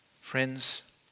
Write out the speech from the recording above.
Friends